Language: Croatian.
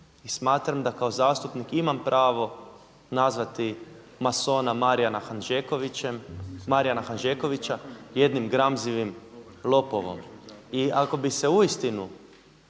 i smatram da kao zastupnik imam pravo nazvati masona Marijana Handžekovića jednim gramzljivim lopovom. I ako bi se uistinu